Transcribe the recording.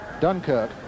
Dunkirk